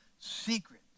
secret